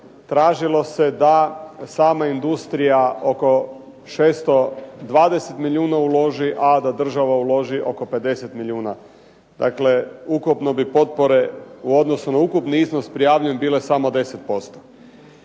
tražilo se da sama industrija oko 620 milijuna uloži, a da država uloži oko 50 milijuna. Dakle, ukupno bi potpore u odnosu na ukupni iznos prijavljen bile samo 10%.